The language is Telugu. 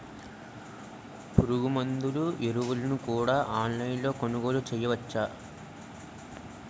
పురుగుమందులు ఎరువులను కూడా ఆన్లైన్ లొ కొనుగోలు చేయవచ్చా?